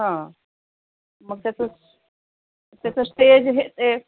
हा मग त्याचं त्याचं स्टेज हे